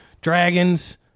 dragons